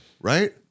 right